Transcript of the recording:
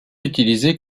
utilisées